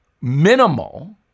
minimal